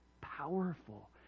powerful